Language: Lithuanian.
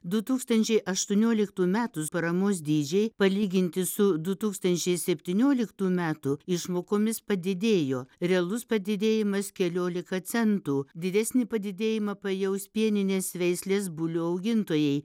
du tūkstančiai aštuonioliktų metų paramos dydžiai palyginti su du tūkstančiai septynioliktų metų išmokomis padidėjo realus padidėjimas keliolika centų didesnį padidėjimą pajaus pieninės veislės bulių augintojai